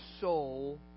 soul